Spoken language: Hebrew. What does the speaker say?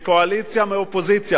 מהקואליציה ומהאופוזיציה,